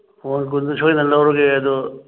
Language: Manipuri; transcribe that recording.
ꯐꯧ ꯃꯣꯟ ꯀꯨꯟꯗꯤ ꯁꯣꯏꯗꯅ ꯂꯧꯔꯒꯦ ꯑꯗꯣ